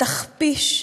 תכפיש,